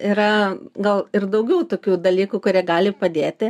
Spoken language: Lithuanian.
yra gal ir daugiau tokių dalykų kurie gali padėti